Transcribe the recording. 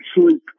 sleep